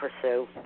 pursue